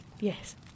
yes